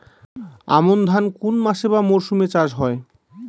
আমন ধান কোন মাসে বা মরশুমে চাষ হয়?